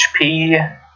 HP